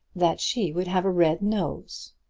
that she would have a red nose.